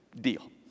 deal